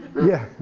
yeah.